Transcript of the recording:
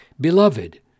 Beloved